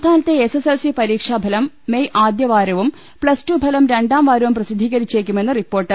സംസ്ഥാനത്തെ എസ്എസ്എൽസി പരീക്ഷാഫലം മെയ് ആദ്യ വാരവും പ്തസ് ടു ഫലം രണ്ടാം വാരവും പ്രസിദ്ധീകരിച്ചേക്കുമെന്ന് റിപ്പോർട്ട്